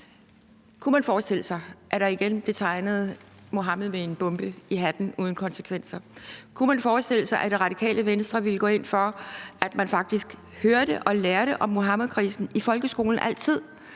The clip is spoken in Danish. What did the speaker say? Kunne man forestille sig, at nogen igen tegnede Muhammed med en bombe i hatten uden konsekvenser? Kunne man forestille sig, at Radikale Venstre ville gå ind for, at man faktisk altid hørte og lærte om Muhammedkrisen i folkeskolen, at